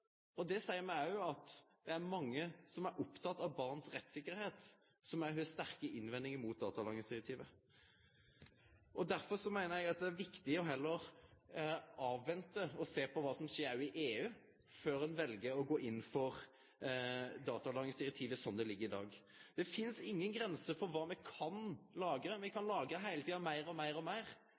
og det seier meg òg at det er mange som er opptekne av barns rettssikkerheit som òg har sterke innvendingar mot datalagringsdirektivet. Difor meiner eg at det er viktig heller å avvente og sjå på kva som skjer i EU, før ein vel å gå inn for datalagringsdirektivet som det ligg i dag. Det finst ingen grenser for kva me kan lagre. Me kan heile tida lagre meir og meir.